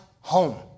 home